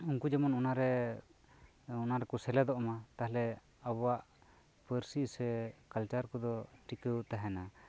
ᱩᱱᱠᱩ ᱡᱮᱢᱚᱱ ᱚᱱᱟ ᱨᱮ ᱚᱱᱟ ᱨᱮᱠᱚ ᱥᱮᱞᱮᱫᱚᱜ ᱢᱟ ᱛᱟᱞᱦᱮ ᱟᱵᱚᱣᱟᱜ ᱯᱟᱹᱨᱥᱤ ᱥᱮ ᱠᱟᱞᱪᱟᱨ ᱠᱚᱫᱚ ᱴᱤᱠᱟᱹᱣ ᱛᱟᱦᱮᱸᱱᱟ